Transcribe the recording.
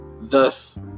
thus